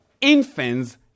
infants